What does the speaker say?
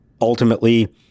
Ultimately